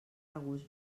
regust